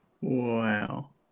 Wow